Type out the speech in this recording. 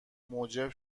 موجب